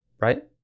right